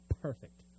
perfect